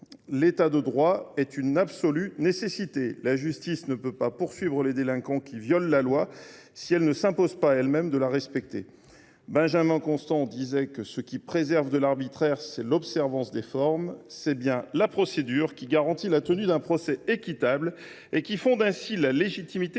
L’État de droit est une nécessité absolue : la justice ne peut pas poursuivre les délinquants qui violent la loi si elle ne s’impose pas à elle même de la respecter. Benjamin Constant disait que « ce qui préserve de l’arbitraire, c’est l’observance des formes ». C’est bien la procédure qui garantit la tenue d’un procès équitable et qui fonde, ainsi, la légitimité